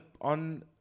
on